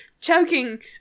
choking